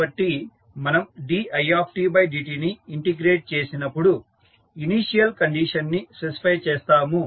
కాబట్టి మనం didtని ఇంటిగ్రేట్ చేసినపుడు ఇనీషియల్ కండిషన్ ని స్పెసిఫై చేస్తాము